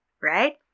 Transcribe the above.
Right